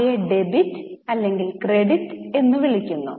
അവയെ ഡെബിറ്റ് അല്ലെങ്കിൽ ക്രെഡിറ്റ് എന്ന് വിളിക്കുന്നു